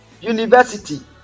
University